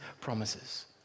promises